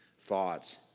thoughts